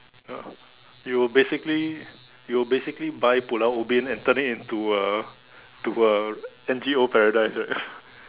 ya you'll basically you'll basically buy Pulau-Ubin and turn it into a to a N_G_O paradise right